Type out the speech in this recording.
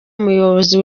muyobozi